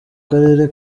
karere